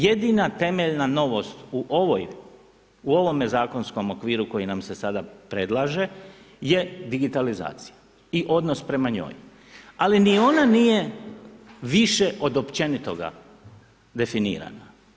Jedina temeljna novost u ovom zakonskom okviru koji nam se sada predlaže je digitalizacija i odnos prema njoj ali ni ona nije više od općenitoga definirana.